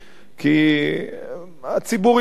כי הציבור יודע,